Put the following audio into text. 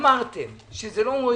אמרתם שזה לא מועיל,